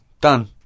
Done